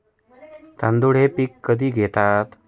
तांदूळ हे पीक कधी घेतात?